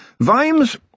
Vimes